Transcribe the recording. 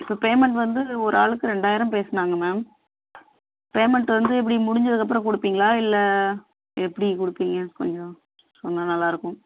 இப்போ பேமெண்ட் வந்து ஒரு ஆளுக்கு ரெண்டாயிரம் பேசுனாங்க மேம் பேமெண்ட் வந்து எப்படி முடிந்ததுக்கப்பறம் கொடுப்பீங்களா இல்லை எப்படி கொடுப்பீங்க கொஞ்சம் சொன்னால் நல்லாயிருக்கும்